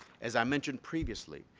as i mentioned previously,